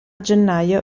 gennaio